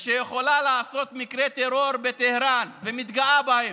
שיכולה לעשות מקרי טרור בטהרן ומתגאה בהם,